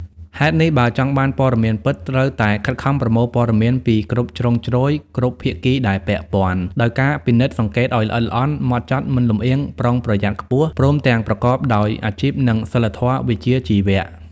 ហេតុនេះ បើចង់បានព័ត៌មានពិត ត្រូវតែខិតខំប្រមូលព័ត៌មានពីគ្រប់ជ្រុងជ្រោយ គ្រប់ភាគីដែលពាក់ព័ន្ធ ដោយការពិនិត្យសង្កេតឱ្យល្អិតល្អន់ ហ្មត់ចត់ មិនលម្អៀង ប្រុងប្រយ័ត្នខ្ពស់ ព្រមទាំងប្រកបដោយអាជីព និងសីលធម៌វិជ្ជាជីវៈ។